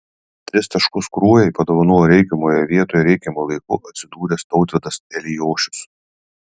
tris taškus kruojai padovanojo reikiamoje vietoje reikiamu laiku atsidūręs tautvydas eliošius